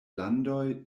landoj